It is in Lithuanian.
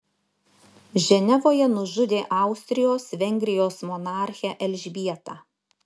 ženevoje nužudė austrijos vengrijos monarchę elžbietą